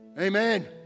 Amen